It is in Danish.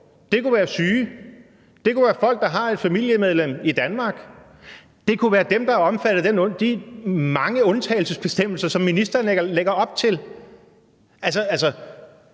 det kunne være syge; det kunne være folk, der har et familiemedlem i Danmark; det kunne være dem, der er omfattet af de mange undtagelsesbestemmelser, som ministeren lægger op til. Altså,